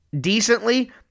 decently